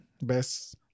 best